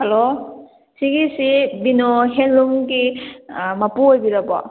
hello ꯁꯤꯒꯤꯁꯤ ꯕꯤꯅꯣ ꯍꯦꯟꯂꯨꯝꯒꯤ ꯃꯄꯨ ꯑꯣꯏꯕꯤꯔꯕꯣ